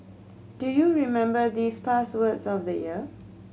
do you remember these past words of the year